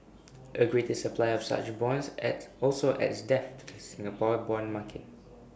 A greater supply of such bonds at also adds depth to the Singapore Bond market